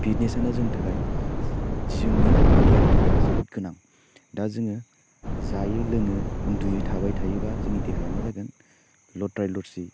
फिडनेसआनो जोंनि थाखाय जोंनि देहानि थाखाय जोबोद गोनां दा जोङो जायो लोङो उन्दुयो थाबाय थायोबा जोंनि देहाया मा जागोन लद्राय लसि